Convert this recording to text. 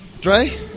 Dre